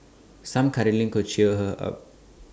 some cuddling could cheer her up